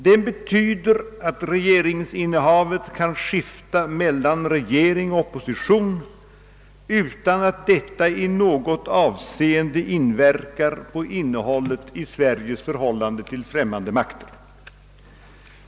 Den betyder att regeringsinnehavet kan skifta mellan re gering och opposition utan att detta i något avseende inverkar på innehållet i Sveriges förhållande till främmande makter.